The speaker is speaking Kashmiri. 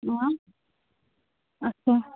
اَچھا